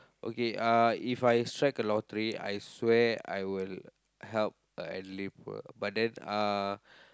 okay uh if I strike a lottery I swear I will help a elderly poor but then uh